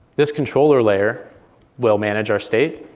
this controller layer will manage our state.